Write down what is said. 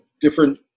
different